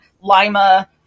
Lima